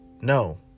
No